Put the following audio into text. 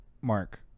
Mark